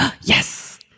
Yes